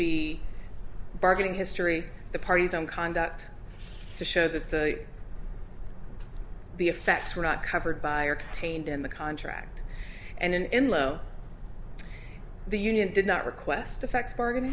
be bargaining history the parties own conduct to show that the effects were not covered by or contained in the contract and in low the union did not request effects bargain